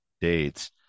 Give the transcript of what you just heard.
dates